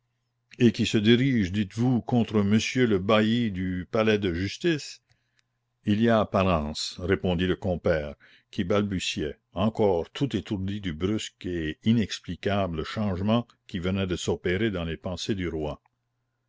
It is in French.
et qui se dirige dites-vous contre monsieur le bailli du palais de justice il y a apparence répondit le compère qui balbutiait encore tout étourdi du brusque et inexplicable changement qui venait de s'opérer dans les pensées du roi